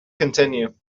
continue